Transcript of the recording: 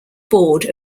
board